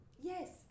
Yes